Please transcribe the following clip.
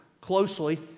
closely